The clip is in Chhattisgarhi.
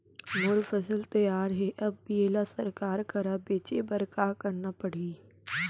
मोर फसल तैयार हे अब येला सरकार करा बेचे बर का करना पड़ही?